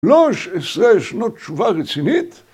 ‫13 שנות תשובה רצינית.